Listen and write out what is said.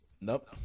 Nope